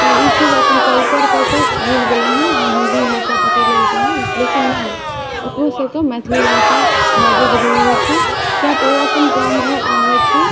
तऽ ई छै जे अपन कल्चरके ओसब भुलि गेलै हँ आओर हिन्दी भाषा पकड़ि लेलकै हँ लेकिन नहि ओकरोसबके मैथिली भाषा बाजैके जरूरी छै किएक तऽ ओ अपन गाम घर आबै छै